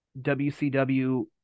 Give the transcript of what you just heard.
WCW